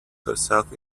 themselves